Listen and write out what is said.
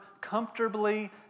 comfortably